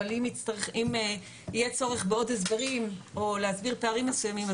אבל אם יהיה צורך בעוד הסברים או להסביר פערים מסוימים,